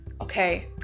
Okay